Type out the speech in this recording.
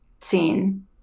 seen